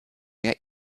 mehr